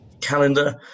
calendar